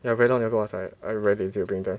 yeah very long never go outside I very lazy to bring them